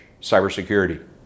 cybersecurity